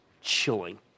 chilling